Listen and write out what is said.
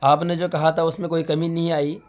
آپ نے جو کہا تھا اس میں کوئی کمی نہیں آئی